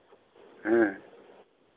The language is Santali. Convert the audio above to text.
ᱦᱮᱸ